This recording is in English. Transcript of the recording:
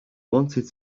wanted